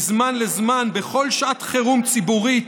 מזמן לזמן בכל שעת חירום ציבורית,